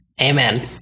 Amen